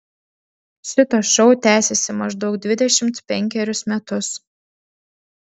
šitas šou tęsiasi maždaug dvidešimt penkerius metus